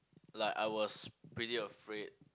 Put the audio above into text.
like I was pretty afraid